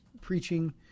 preaching